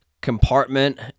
compartment